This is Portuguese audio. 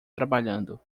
trabalhando